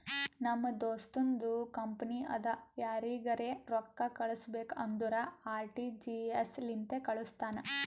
ನಮ್ ದೋಸ್ತುಂದು ಕಂಪನಿ ಅದಾ ಯಾರಿಗರೆ ರೊಕ್ಕಾ ಕಳುಸ್ಬೇಕ್ ಅಂದುರ್ ಆರ.ಟಿ.ಜಿ.ಎಸ್ ಲಿಂತೆ ಕಾಳುಸ್ತಾನ್